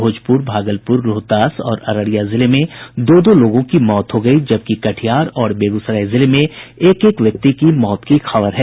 भोजपुर भागलपुर रोहतास और अररिया जिले में दो दो लोगों की मौत हो गयी जबकि कटिहार और बेगूसराय जिले में एक एक व्यक्ति की मौत की खबर है